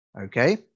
okay